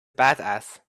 badass